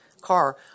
car